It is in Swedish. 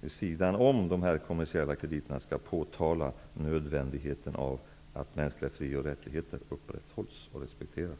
vid sidan av de kommersiella krediterna skall påtala nödvändigheten av att mänskliga fri och rättigheter upprätthålls och respekteras.